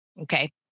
Okay